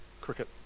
cricket